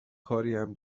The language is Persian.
کاریم